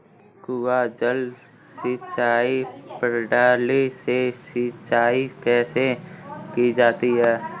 कुआँ जल सिंचाई प्रणाली से सिंचाई कैसे की जाती है?